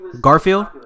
Garfield